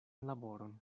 laboron